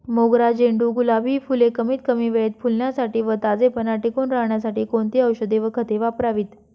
मोगरा, झेंडू, गुलाब हि फूले कमीत कमी वेळेत फुलण्यासाठी व ताजेपणा टिकून राहण्यासाठी कोणती औषधे व खते वापरावीत?